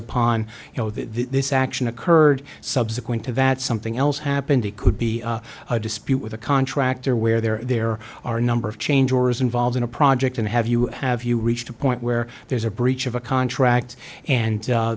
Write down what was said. upon you know that this action occurred subsequent to that something else happened it could be a dispute with a contractor where there are number of change or is involved in a project and have you have you reached a point where there's a breach of a contract and